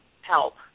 help